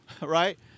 right